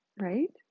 right